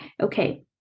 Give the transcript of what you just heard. okay